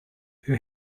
who